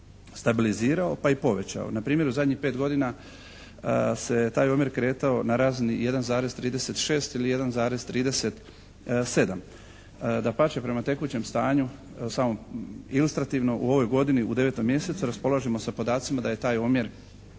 stabilizirao pa i povećao. Npr. u zadnjih 5 godina se taj omjer kretao na razini 1,36 ili 1,37. Dapače prema tekućem stanju samo ilustrativno u ovoj godini u 9 mjesecu raspolažemo sa podacima da je taj omjer